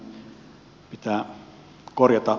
mutta eri puolue